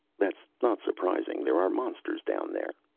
that's not surprising. there are monsters down there.